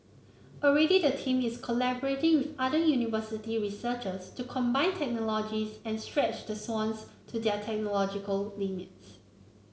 already the team is collaborating with other university researchers to combine technologies and stretch the swans to their technological limits